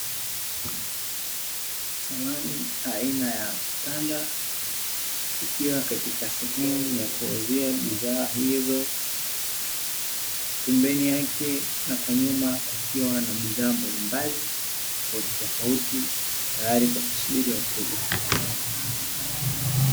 Samani aina ya kitanda ikiwa katika sehemu ya kuuzia bidhaa hizo, pembeni yake na kwa nyuma, kukiwa na bidhaa mbalimbali tofautitofauti tayari kwa kusubiri wateja.